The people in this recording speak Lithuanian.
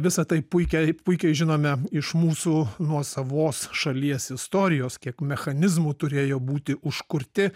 visa tai puikiai puikiai žinome iš mūsų nuosavos šalies istorijos kiek mechanizmų turėjo būti užkurti